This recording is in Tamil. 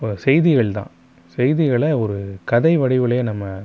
செய்திகள் தான் செய்திகள ஒரு கதை வடிவிலேயே நம்ம